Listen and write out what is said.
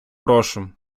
прошу